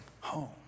home